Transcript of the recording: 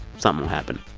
so um will happen.